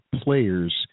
players